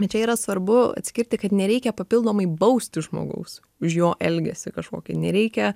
bet čia yra svarbu atskirti kad nereikia papildomai bausti žmogaus už jo elgesį kažkokį nereikia